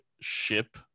ship